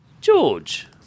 George